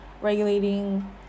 regulating